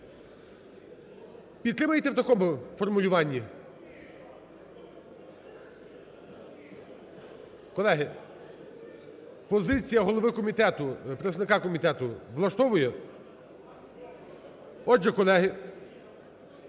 Підтримаєте в такому формулюванні? Колеги, позиція голови комітету, представника комітету влаштовує? Отже, колеги,